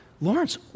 Lawrence